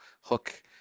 hook